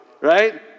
Right